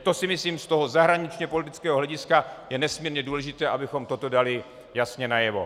To, myslím, ze zahraničněpolitického hlediska je nesmírně důležité, abychom toto dali jasně najevo.